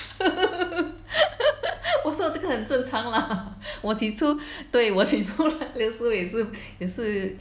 我说这个很正常 lah 我起初对我起初有时候也是也是